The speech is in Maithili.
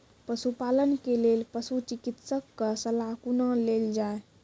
पशुपालन के लेल पशुचिकित्शक कऽ सलाह कुना लेल जाय?